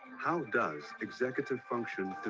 how does executive function.